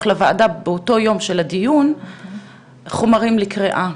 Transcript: לוועדה באותו יום של הדיון חומרים לקריאה.